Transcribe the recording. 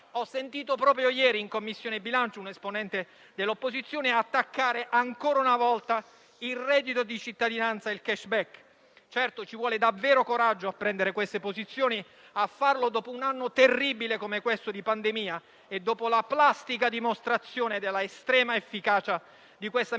Ho sentito proprio ieri, in Commissione bilancio, un esponente dell'opposizione attaccare ancora una volta il reddito di cittadinanza e il *cashback*. Certamente ci vuole davvero coraggio a prendere queste posizioni e a farlo dopo un anno terribile, come quello della pandemia, e dopo la plastica dimostrazione dell'estrema efficacia di questa misura, che